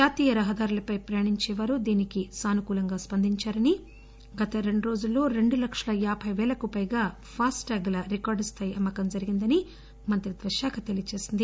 జాతీయ రహదారులపై ప్రయాణించే వారు దీనికి సానుకూలంగా స్పందించారని గత రెండు రోజుల్లో రెండు లక్షల యాబై పేలకు పైగా ఫాస్టాగ్ ల రికార్డుస్థాయి అమ్మకం జరిగిందని మంత్రిత్వ శాఖ తెలియజేసింది